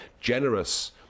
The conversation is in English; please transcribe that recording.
generous